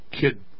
kid